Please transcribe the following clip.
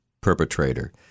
perpetrator